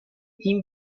این